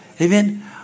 Amen